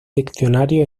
diccionario